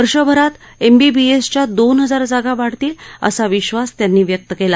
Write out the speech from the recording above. वर्षभरात एमबीबीएसच्या दोन हजार जागा वाढतील असा विश्वास त्यांनी व्यक्त केला